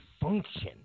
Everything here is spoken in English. function